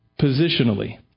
Positionally